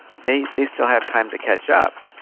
they they still have time to catch up,